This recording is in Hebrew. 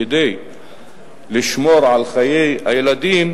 כדי לשמור על חיי הילדים,